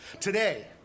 Today